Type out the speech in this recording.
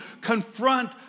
confront